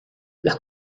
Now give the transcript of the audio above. las